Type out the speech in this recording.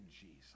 Jesus